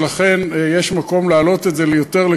ולכן יש מקום להעלות את זה ליותר שעות,